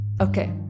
okay